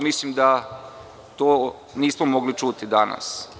Mislim da to nismo mogli čuti danas.